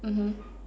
mmhmm